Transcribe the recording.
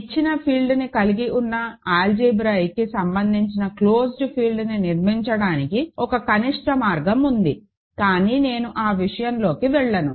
ఇచ్చిన ఫీల్డ్ని కలిగి ఉన్న ఆల్జీబ్రాయిక్కి సంబంధించిన క్లోజ్డ్ ఫీల్డ్ని నిర్మించడానికి ఒక కనిష్ట మార్గం ఉంది కానీ నేను ఆ విషయంలోకి వెళ్ళను